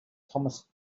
thomas